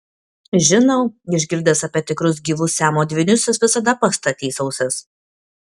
žinau išgirdęs apie tikrus gyvus siamo dvynius jis visada pastatys ausis